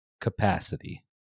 capacity